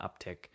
uptick